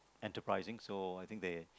enterprising so I think they